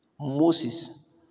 Moses